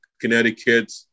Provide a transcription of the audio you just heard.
Connecticut